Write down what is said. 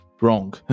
wrong